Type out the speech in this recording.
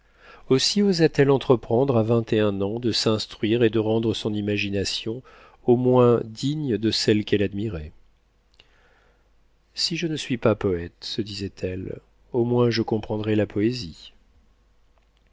aussi osa t elle entreprendre à vingt et un ans de s'instruire et de rendre son imagination au moins digne de celle qu'elle admirait si je ne suis pas poëte se disait-elle au moins je comprendrai la poésie